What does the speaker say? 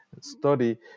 study